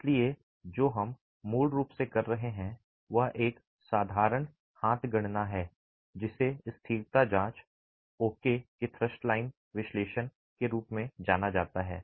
इसलिए जो हम मूल रूप से कर रहे हैं वह एक साधारण हाथ गणना है जिसे स्थिरता जांच ओके के लिए थ्रस्ट लाइन विश्लेषण के रूप में जाना जाता है